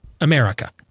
America